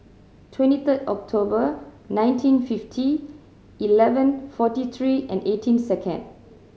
twenty third October nineteen fifty eleven forty three and eighteen second